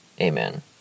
Amen